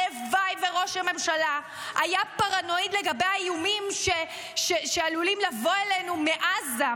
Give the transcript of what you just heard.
הלוואי וראש הממשלה היה פרנואיד לגבי האיומים שעלולים לבוא אלינו מעזה,